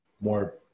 more